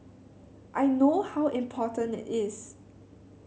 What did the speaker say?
I know how important it is